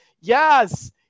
yes